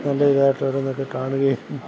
നല്ല ഇതായിട്ട് ഓരോന്നൊക്കെ കാണുകയും